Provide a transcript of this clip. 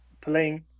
playing